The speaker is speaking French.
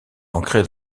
ancrée